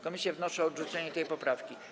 Komisje wnoszą o odrzucenie tej poprawki.